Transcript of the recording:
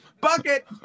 Bucket